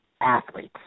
athletes